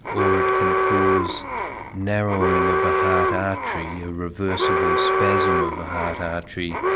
or it can cause narrowing of a heart artery, a reversible spasm of a heart artery,